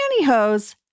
pantyhose